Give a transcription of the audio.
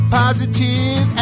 positive